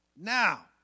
Now